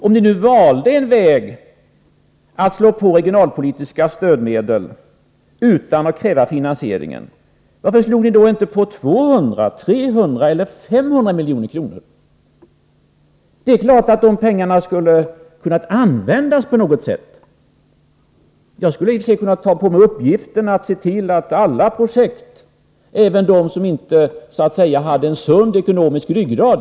Om ni nu valde vägen att slå på regionalpolitiska stödmedel utan att kräva finansiering, varför slog ni då inte på 200, 300 eller 500 milj.kr.? Det är klart att pengarna skulle ha kunnat användas på något sätt. Jag skulle kunna ta på mig uppgiften att se till att alla projekt genomfördes, även de som inte hade en sund ekonomisk ryggrad.